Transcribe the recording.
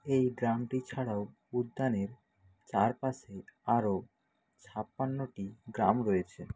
এই গ্রামটি ছাড়াও উদ্যানের চারপাশে আরও ছাপান্নটি গ্রাম রয়েছে